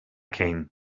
king